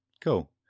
Cool